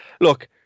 Look